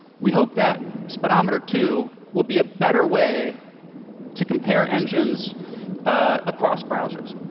we hope that speedometer two will be a better way to compare engines across browsers.